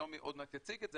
שלומי עוד מעט יציג את זה,